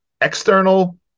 external